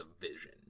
vision